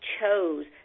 chose